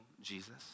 Jesus